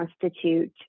constitute